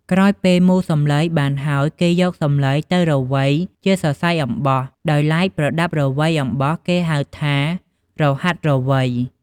ក្រោយពេលមូរសំឡីបានហើយគេយកសំឡីទៅរវៃជាសសៃអំបោះ ដោយឡែកប្រដាប់រវៃអំបោះគេហៅថារហាត់រវៃ។